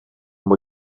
muy